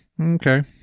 Okay